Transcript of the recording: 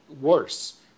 worse